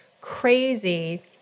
crazy